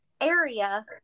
area